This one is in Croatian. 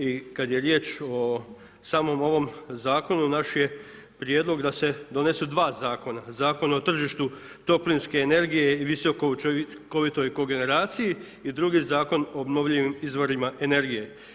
I kada je riječ o samom ovom zakonu naš je prijedlog da se donesu dva zakona, Zakon o tržištu toplinske energije i visoko učinkovitoj kogeneraciji i drugi Zakon o obnovljivim izvorima energije.